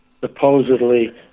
supposedly